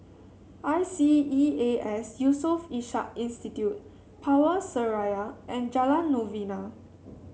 I C E A S Yusof Ishak Institute Power Seraya and Jalan Novena